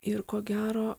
ir ko gero